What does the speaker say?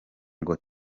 ngo